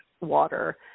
water